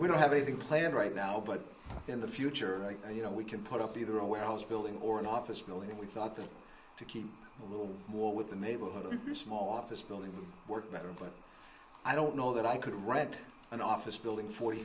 we don't have anything planned right now but in the future you know we can put up either a warehouse building or an office building and we thought that to keep a little more with the neighborhood small office building work better but i don't know that i could read an office building forty